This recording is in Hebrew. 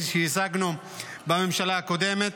שהשגנו בממשלה הקודמת,